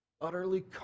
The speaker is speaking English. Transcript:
Utterly